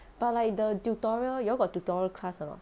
but like the tutorial you all got tutorial class or not